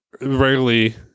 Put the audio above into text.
rarely